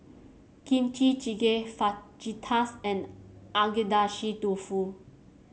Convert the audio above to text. Kimchi Jjigae Fajitas and Agedashi Dofu